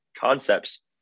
concepts